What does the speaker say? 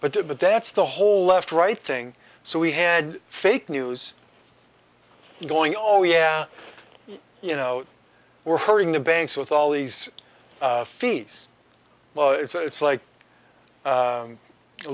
there but that's the whole left right thing so we had fake news going oh yeah you know we're hurting the banks with all these fees well it's not it's like